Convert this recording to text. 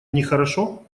нехорошо